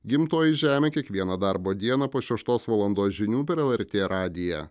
gimtoji žemė kiekvieną darbo dieną po šeštos valandos žinių per lrt radiją